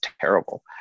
terrible